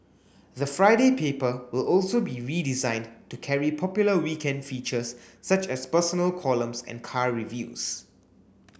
the Friday paper will also be redesigned to carry popular weekend features such as personal columns and car reviews